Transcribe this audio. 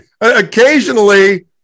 occasionally